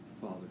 Father